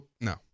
No